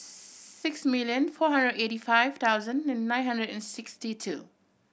six million four hundred eighty five thousand and nine hundred and sixty two